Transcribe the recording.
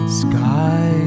sky